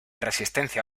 resistencia